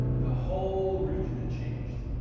the whole region had changed.